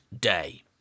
Day